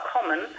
common